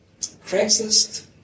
Craigslist